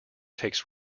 takes